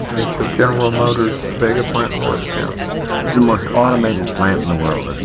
it's the general motors vega plant in lordstown the most automated plant in the world, isn't